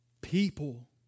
People